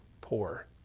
poor